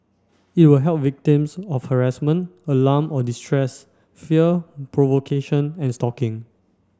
it will help victims of harassment alarm or distress fear provocation and stalking